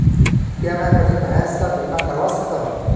क्या मैं अपनी भैंस का बीमा करवा सकता हूँ?